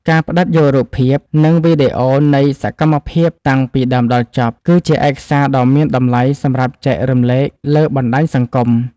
ការផ្ដិតយករូបភាព និងវីដេអូនៃសកម្មភាពតាំងពីដើមដល់ចប់ គឺជាឯកសារដ៏មានតម្លៃសម្រាប់ចែករំលែកលើបណ្ដាញសង្គម។